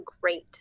great